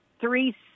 three